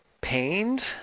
pained